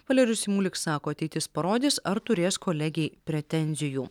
valerijus simulik sako ateitis parodys ar turės kolegei pretenzijų